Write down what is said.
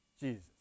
Jesus